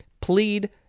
plead